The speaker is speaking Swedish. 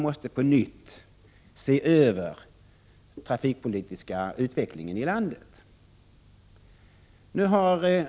Den trafikpolitiska utvecklingen i landet måste därför på nytt ses över.